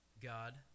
God